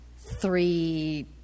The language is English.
three